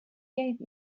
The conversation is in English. gave